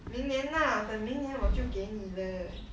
明年 lah 等明年我就给你了